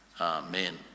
Amen